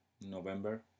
November